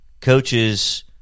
coaches –